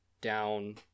down